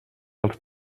als